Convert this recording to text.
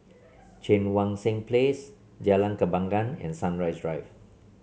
Cheang Wan Seng Place Jalan Kembangan and Sunrise Drive